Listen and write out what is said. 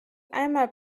einmal